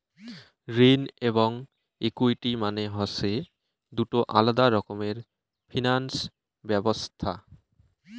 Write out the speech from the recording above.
ঋণ এবং ইকুইটি মানে হসে দুটো আলাদা রকমের ফিনান্স ব্যবছস্থা